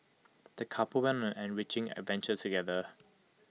the couple went on an enriching adventure together